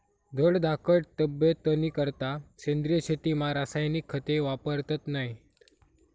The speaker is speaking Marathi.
धडधाकट तब्येतनीकरता सेंद्रिय शेतीमा रासायनिक खते वापरतत नैत